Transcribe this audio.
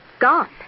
Gone